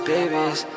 Babies